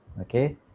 Okay